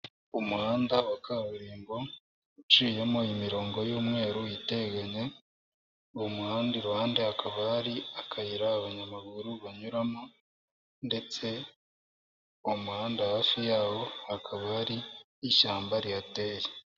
Umuhanda wa kaburimbo uciyemo imirongo y'umweru iteganye , uwo muhanda iruhande hakaba hari akayira abanyamaguru banyuramo ndetse mu umuhanda hafi yawo hakaba hari ishyamba rihateye.